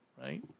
right